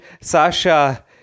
Sasha